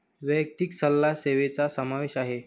वैयक्तिक सल्ला सेवेचा समावेश आहे